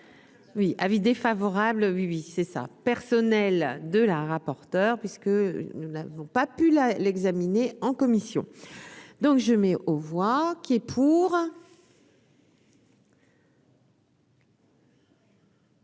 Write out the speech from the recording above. Oui : avis défavorable oui oui c'est ça, personnel de la rapporteure, puisque nous n'avons pas pu la l'examiner en commission donc je mets aux voix qui est pour.